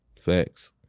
facts